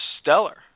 stellar